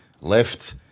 left